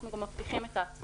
אנחנו גם מבטיחים את ההצמדה.